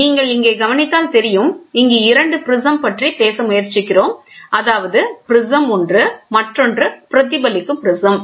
நீங்கள் இங்கே கவனித்தால் தெரியும் இங்கு இரண்டு ப்ரிஸம் பற்றி பேச முயற்சிக்கிறோம் அதாவது ப்ரிஸம் மற்றும் பிரதிபலிக்கும் ப்ரிஸம்